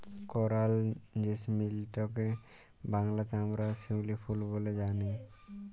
করাল জেসমিলটকে বাংলাতে আমরা শিউলি ফুল ব্যলে জানি